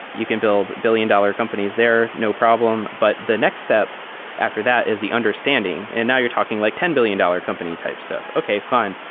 you can build billion-dollar companies there. no problem. but the next step after that is the understanding. and now you're talking like ten billion dollars company type stuff. okay, fine.